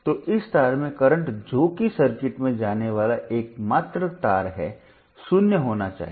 तो इस तार में करंट जो कि सर्किट में जाने वाला एकमात्र तार है शून्य होना चाहिए